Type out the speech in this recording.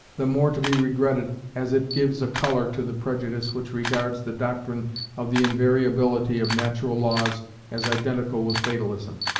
the more to be regretted as it gives a colour to the prejudice which regards the doctrine of the invariability of natural laws as identical with fatalism.